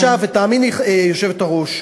ותאמיני, היושבת-ראש,